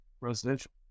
residential